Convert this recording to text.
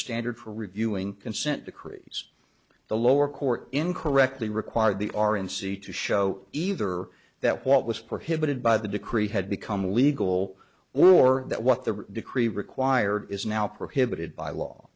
standard for reviewing consent decrees the lower court incorrectly required the r and c to show either that what was prohibited by the decree had become legal or that what the decree required is now prohibited by law